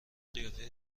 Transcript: قیافه